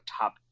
top